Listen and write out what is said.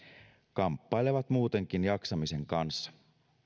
kamppailevat muutenkin jaksamisen kanssa